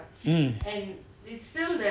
mm